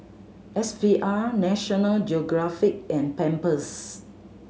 S V R National Geographic and Pampers